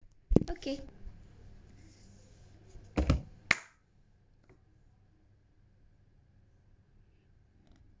okay